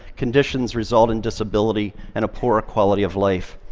conditions result in disability and a poorer quality of life.